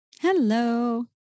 Hello